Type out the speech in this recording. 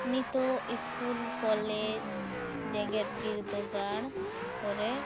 ᱱᱤᱛᱚᱜ school college ᱡᱮᱜᱮᱫ ᱵᱤᱨᱫᱟᱹᱜᱟᱲ ᱠᱚᱨᱮ